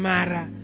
Mara